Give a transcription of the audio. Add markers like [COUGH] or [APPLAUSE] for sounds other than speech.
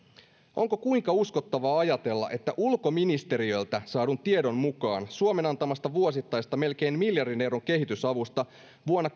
onko kuinka uskottavaa ajatella että ulkoministeriöltä saadun tiedon mukaan suomen antamasta vuosittaisesta melkein miljardin euron kehitysavusta vuonna [UNINTELLIGIBLE]